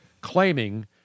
claiming